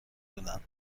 بودند